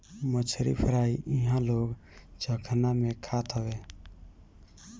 मछरी फ्राई इहां लोग चखना में खात हवे